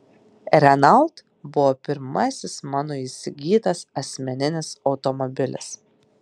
renault buvo pirmasis mano įsigytas asmeninis automobilis